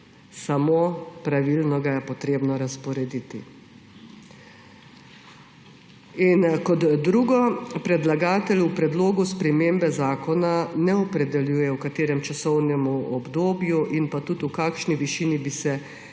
samo pravilno ga je treba razporediti.« Kot drugo, predlagatelj v predlogu spremembe zakona ne opredeljuje, v katerem časovnem obdobju in tudi v kakšni višini bi se primanjkljaj